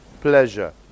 pleasure